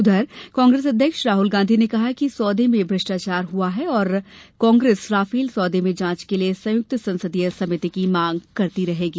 उधर कांग्रेस अध्यक्ष राहुल गांधी ने कहा कि सौदे में भ्रष्टाचार हुआ है और कांग्रेस राफेल सौदे में जांच के लिये संयुक्त संसदीय समिति की मांग करती रहेगी